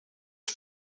que